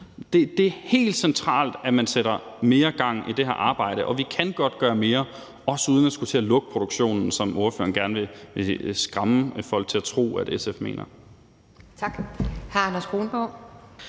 Det er helt centralt, at man sætter mere gang i det her arbejde, og vi kan godt gøre mere, også uden at skulle til at lukke produktionen, som ordføreren gerne vil skræmme folk til at tro at SF mener.